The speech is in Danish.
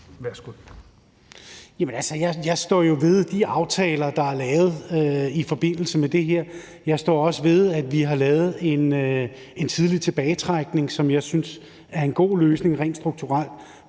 Jeg står jo ved de aftaler, der er lavet i forbindelse med det her, og jeg står også ved, at vi har lavet en tidlig tilbagetrækning, som jeg synes er en god løsning rent strukturelt